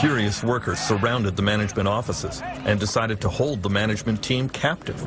serious workers surrounded the management offices and decided to hold the management team captive